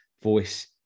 voice